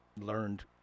learned